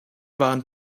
waren